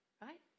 right